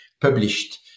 published